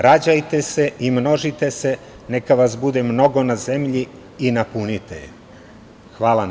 Rađajte se i množite se, neka vas bude mnogo na zemlji i napunite je.“ Hvala na pažnji.